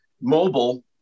mobile